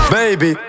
baby